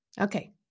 Okay